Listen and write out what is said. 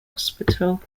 hospital